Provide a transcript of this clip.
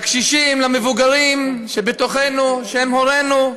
לקשישים, למבוגרים שבתוכנו, שהם הורינו.